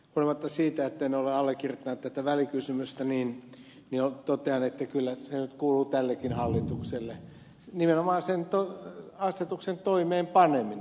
huolimatta siitä etten ole allekirjoittanut tätä välikysymystä totean että kyllä se kuuluu tällekin hallitukselle nimenomaan sen asetuksen toimeenpaneminen